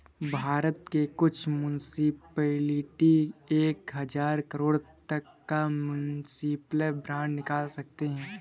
भारत के कुछ मुन्सिपलिटी एक हज़ार करोड़ तक का म्युनिसिपल बांड निकाल सकते हैं